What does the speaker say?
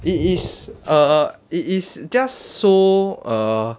it is err it is just so err